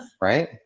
right